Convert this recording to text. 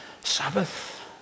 Sabbath